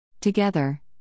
Together